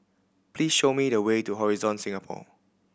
please show me the way to Horizon Singapore